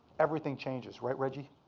everything changes, right, reggie?